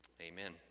amen